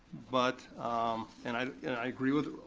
but, and i and i agree with